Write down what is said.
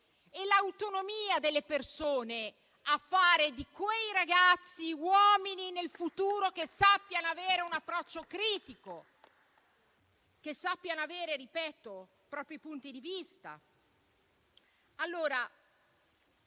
È l'autonomia delle persone a fare di quei ragazzi uomini che nel futuro sappiano avere un approccio critico, che sappiano avere i propri punti di vista.